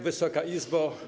Wysoka Izbo!